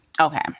Okay